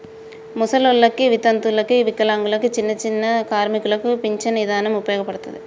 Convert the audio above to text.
ముసలోల్లకి, వితంతువులకు, వికలాంగులకు, చిన్నచిన్న కార్మికులకు పించను ఇదానం ఉపయోగపడతది